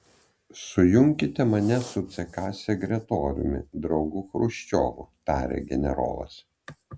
sujunkite mane su ck sekretoriumi draugu chruščiovu tarė generolas